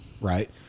Right